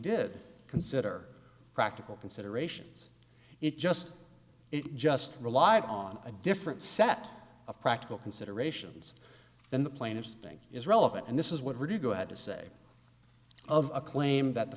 did consider practical considerations it just it just relied on a different set of practical considerations than the plaintiffs think is relevant and this is what we do go ahead to say of a claim that the